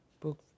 book